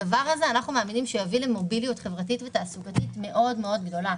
הדבר שאנחנו מייצרים יביא למוביליות חברתית ותעסוקתית מאוד גדולה,